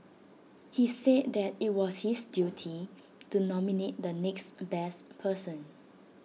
he said that IT was his duty to nominate the next best person